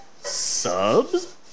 subs